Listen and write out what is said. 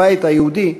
הבית היהודי,